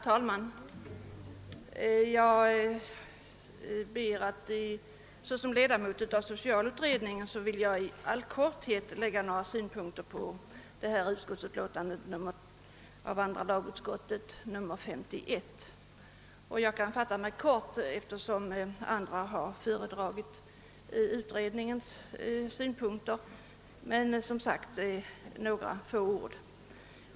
Herr talman! Såsom ledamot av socialutredningen vill jag i all korthet framföra några synpunkter på andra lagutskottets utlåtande nr 51. Jag kan fatta mig kort, eftersom andra talare redogjort för utredningens synpunkter.